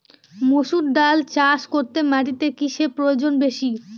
মুসুর ডাল চাষ করতে মাটিতে কিসে প্রয়োজন বেশী?